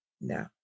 No